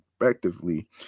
respectively